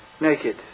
naked